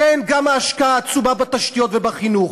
כן, גם ההשקעה העצומה בתשתיות ובחינוך.